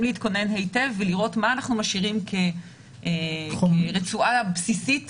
להתכונן היטב ולראות מה אנחנו משאירים כרצועה בסיסית